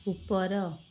ଉପର